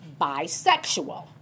bisexual